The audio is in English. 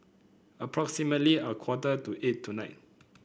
approximately a quarter to eight tonight